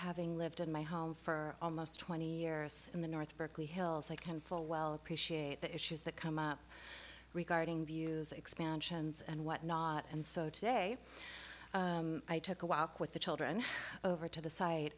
having lived in my home for almost twenty years in the north berkeley hills like him full well appreciate the issues that come up regarding views expansions and whatnot and so today i took a walk with the children over to the site